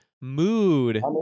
mood